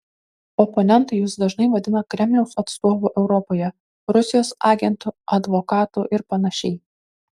oponentai jus dažnai vadina kremliaus atstovu europoje rusijos agentu advokatu ir panašiai